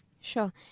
sure